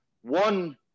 one